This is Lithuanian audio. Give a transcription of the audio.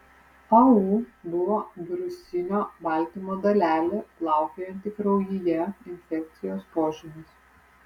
au buvo virusinio baltymo dalelė plaukiojanti kraujyje infekcijos požymis